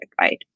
right